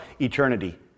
eternity